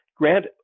Grant